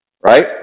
Right